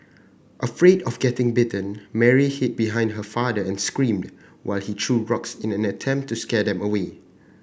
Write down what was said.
afraid of getting bitten Mary hid behind her father and screamed while he threw rocks in an attempt to scare them away